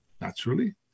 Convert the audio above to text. naturally